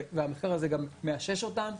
והמחקר הזה גם מאשש אותן,